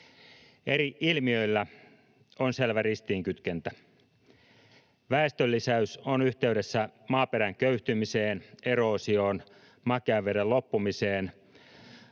Eri ilmiöillä on selvä ristiinkytkentä. Väestön lisäys on yhteydessä maaperän köyhtymiseen, eroosioon, makean veden loppumiseen,